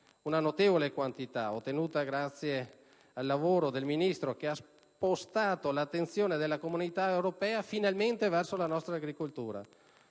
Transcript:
Una notevole quantità, ottenuta grazie al lavoro del Ministro che finalmente ha spostato l'attenzione della Comunità europea verso la nostra agricoltura.